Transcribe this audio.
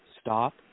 stop